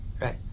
right